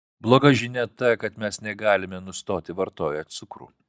bloga žinia ta kad mes negalime nustoti vartoję cukrų